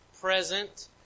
present